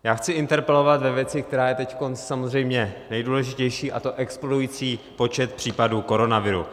Já chci interpelovat ve věci, která je teď samozřejmě nejdůležitější, a to explodující počet případů koronaviru.